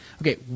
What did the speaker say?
Okay